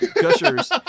gushers